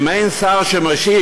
אם אין שר שמשיב,